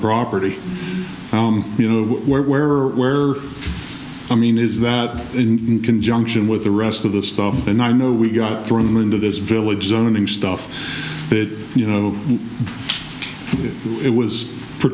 property you know where or where i mean is that in conjunction with the rest of the stuff and i know we got thrown into this village zoning stuff that you know it was por